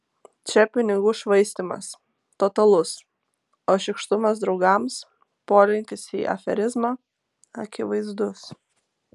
čia pinigų švaistymas totalus o šykštumas draugams polinkis į aferizmą akivaizdus